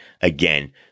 again